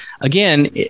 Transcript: Again